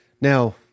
Now